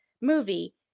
movie